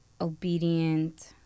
obedient